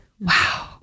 wow